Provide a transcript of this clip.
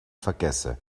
vergesse